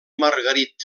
margarit